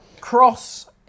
Cross